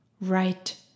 right